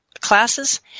classes